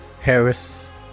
Harris